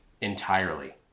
entirely